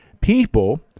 people